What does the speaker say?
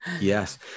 yes